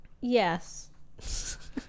yes